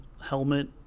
helmet